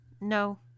No